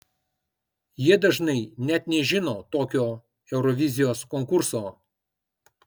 jie dažnai net nežino tokio eurovizijos konkurso